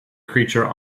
creature